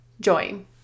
join